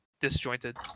disjointed